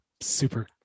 super